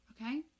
Okay